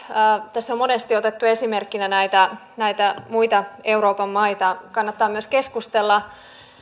tässä on monesti otettu esimerkkinä näitä näitä muita euroopan maita kannattaa myös keskustella